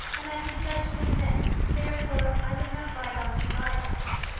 and that he judged me amiss. therefore i would have bygones be bygones.